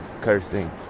cursing